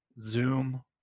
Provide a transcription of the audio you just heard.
Zoom